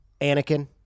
Anakin